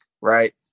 right